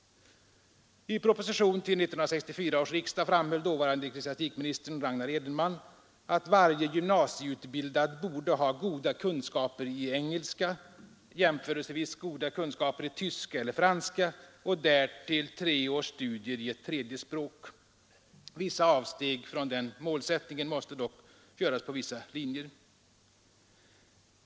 I proposition till 1964 års riksdag framhöll dåvarande ecklesiastikministern Ragnar Edenman att varje gymnasieutbildad borde ha goda kunskaper i engelska, jämförelsevis goda kunskaper i tyska eller i franska samt därtill tre års studier i ett tredje språk. En del avsteg från den målsättningen måste dock göras på vissa linjer.